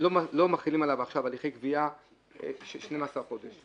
לא מחילים עליו הליכי גבייה 12 חודש.